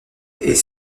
est